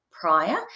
Prior